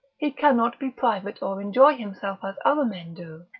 he cannot be private or enjoy himself as other men do,